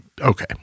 okay